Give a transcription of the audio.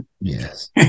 Yes